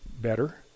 better